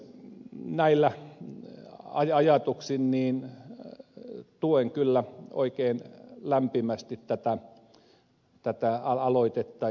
näillä ajatuksilla tuen kyllä oikein lämpimästi tätä aloitetta